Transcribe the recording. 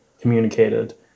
communicated